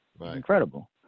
Incredible